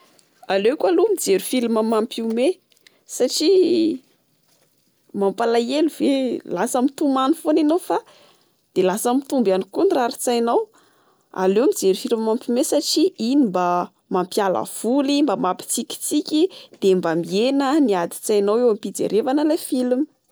Aleoko aloha mijery filma mampihomehy satria mampalahelo ve, lasa mitomany foana enao, fa de lasa mitombo ihany koa ny rarin-tsainao. Aleo mijery mampihomehy satria iny mba mampiala voly. Mba mampitsikitsiky, de mba mihena ny adi-tsainao eo ampijerevana ilay film.